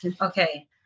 Okay